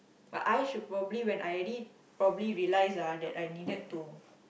but I should probably when I already probably realised ah that I needed to